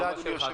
הבמה שלך.